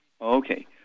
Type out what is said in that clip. Okay